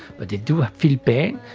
but they do ah feel pain,